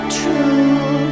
true